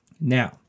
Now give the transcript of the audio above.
Now